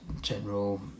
general